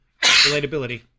relatability